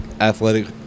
athletic